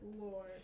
Lord